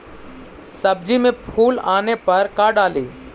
सब्जी मे फूल आने पर का डाली?